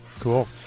Cool